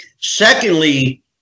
Secondly